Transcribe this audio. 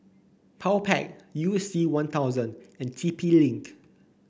Powerpac You C One Thousand and T P Link